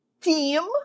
team